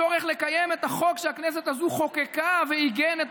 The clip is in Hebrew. הצורך לקיים את החוק שהכנסת הזו חוקקה ועיגן את